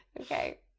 Okay